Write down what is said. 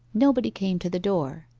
nobody came to the door.